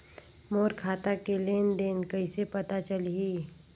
मोर खाता के लेन देन कइसे पता चलही?